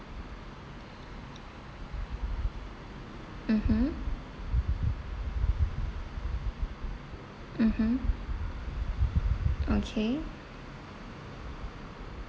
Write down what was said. mmhmm mmhmm okay